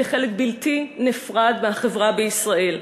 כחלק בלתי נפרד מהחברה בישראל.